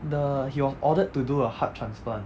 the he was ordered to do a heart transplant